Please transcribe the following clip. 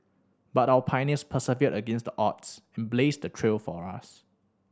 but our pioneers persevered against the odds and blazed the trail for us